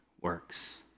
works